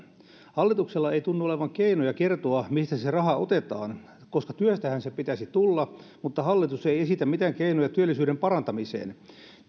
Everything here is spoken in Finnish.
hallituksella ei tunnu olevan keinoja kertoa mistä se raha otetaan koska työstähän sen pitäisi tulla mutta hallitus ei esitä mitään keinoja työllisyyden parantamiseen